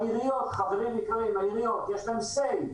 העיריות, חברים יקרים, יש להם "סיי".